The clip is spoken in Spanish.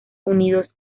unidos